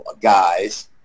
guys